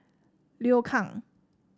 Liu Kang